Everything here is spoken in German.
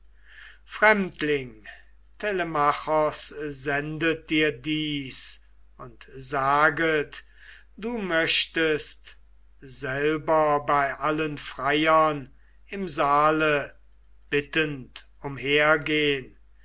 fremdling telemachos sendet dir dies und saget du möchtest selber bei allen freiern im saale bittend umhergehn